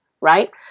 right